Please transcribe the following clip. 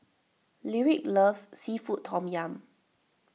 Lyric loves Seafood Tom Yum